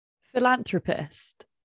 Philanthropist